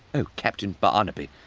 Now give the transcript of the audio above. oh captain barnaby!